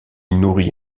nourrit